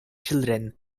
children